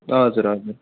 हजुर हजुर